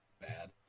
bad